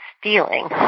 stealing